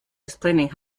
explaining